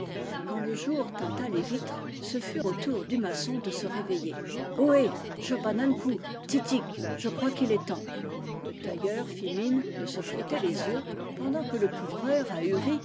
quand le jour teinta les vitres ce fut au tour du maçon de se réveiller ohé job an ankou titik je crois qu'il est temps le tailleur fit mine de se frotter les yeux pendant que le couvreur ahuri